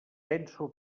penso